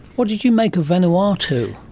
what did you make of vanuatu?